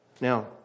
Now